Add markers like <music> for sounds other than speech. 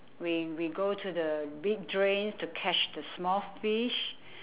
we we go to the big drains to catch the small fish <breath>